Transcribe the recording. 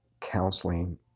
counseling